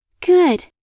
Good